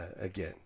Again